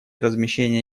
размещения